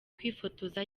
kwifotoza